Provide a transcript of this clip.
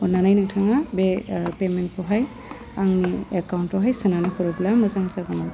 अन्नानै नोंथाहा बे पेमेन्टखौहाय आंनि एकाउन्टयावहाय सोनानै हरोब्ला मोजां जागौमोन